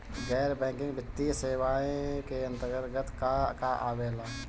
गैर बैंकिंग वित्तीय सेवाए के अन्तरगत का का आवेला?